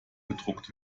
gedruckt